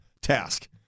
task